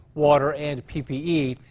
water, and p p e.